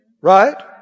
Right